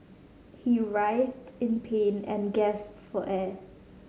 he writhed in pain and gasped for air